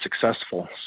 successful